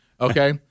okay